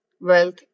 wealth